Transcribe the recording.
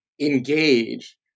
engage